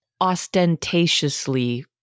ostentatiously